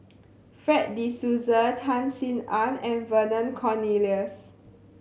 Fred De Souza Tan Sin Aun and Vernon Cornelius